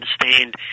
understand